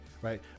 right